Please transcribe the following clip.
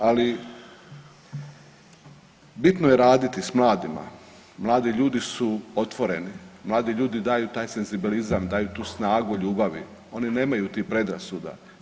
Ali bitno je raditi s mladima, mladi ljudi su otvoreni, mladi ljudi daju taj senzibilizam daju tu snagu ljubavi, oni nemaju tih predrasuda.